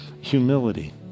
humility